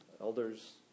elders